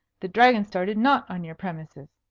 the dragon started not on your premises.